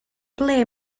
ble